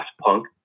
Punk